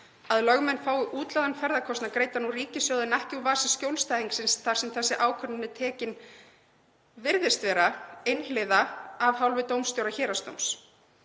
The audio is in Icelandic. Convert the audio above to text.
að lögmenn fái útlagðan ferðakostnað greiddan úr ríkissjóði en ekki úr vasa skjólstæðingsins þar sem þessi ákvörðun er tekin, virðist vera, einhliða af hálfu dómstjóra héraðsdóms.